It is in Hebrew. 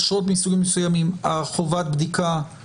בתקנות אנחנו יכולים מכוח החוק החדש לומר שאנחנו